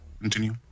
continue